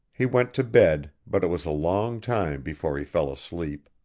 he went to bed, but it was a long time before he fell asleep.